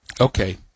Okay